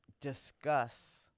discuss